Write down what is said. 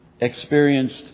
experienced